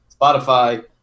Spotify